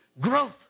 growth